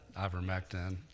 ivermectin